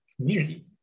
community